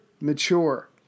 mature